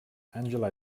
angela